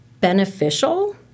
beneficial